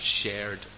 shared